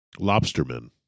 Lobstermen